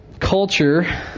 Culture